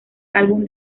álbum